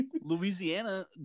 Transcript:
Louisiana